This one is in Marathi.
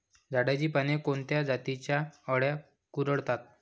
झाडाची पाने कोणत्या जातीच्या अळ्या कुरडतात?